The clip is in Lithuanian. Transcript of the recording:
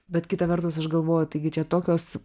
bet kita vertus aš galvoju taigi čia tokios